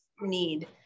need